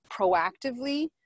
proactively-